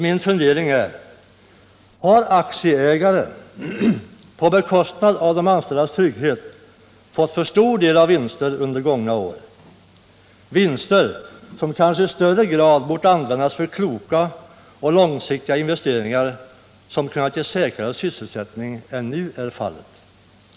Min fundering är: Har aktieägare, på bekostnad av de anställdas trygghet, fått för stor del av vinster under gångna år, vinster som kanske i högre grad borde använts för kloka och långsiktiga investeringar, som kunnat ge säkrare sysselsättning än vad nu är fallet?